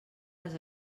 les